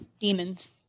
demons